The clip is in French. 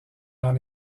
dans